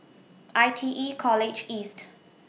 I T E College East